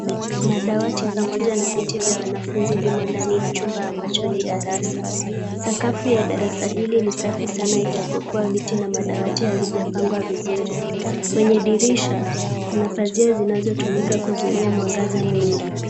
Madawati pamoja na viti vya wanafunzi vimo ndani ya chumba ambacho ni darasa. Sakafu ya darasa hili ni safi sana ijapokuwa viti na madawati havijapangwa vizuri. Kwenye dirisha kuna pazia zinazotumika kuzuia mwangaza mwingi.